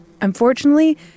Unfortunately